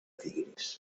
tigris